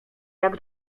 jak